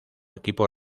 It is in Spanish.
equipo